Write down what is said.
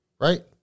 right